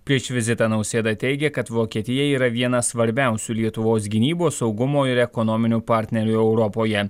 prieš vizitą nausėda teigė kad vokietija yra viena svarbiausių lietuvos gynybos saugumo ir ekonominių partnerių europoje